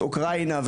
אוקראינה,